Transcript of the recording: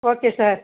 okay sir